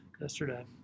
yesterday